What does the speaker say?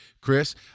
Chris